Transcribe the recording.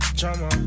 drama